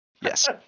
yes